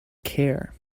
care